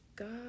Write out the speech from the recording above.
God